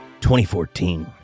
2014